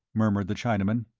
murmured the chinaman.